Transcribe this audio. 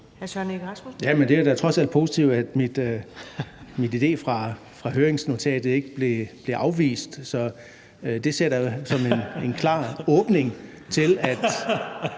det er da trods alt positivt, at min idé fra høringsnotatet ikke bliver afvist, så det ser jeg da som en klar åbning for, at